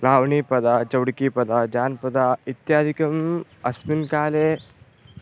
लावणीपदं चौडुकीपदं जानपदम् इत्यादिकम् अस्मिन् काले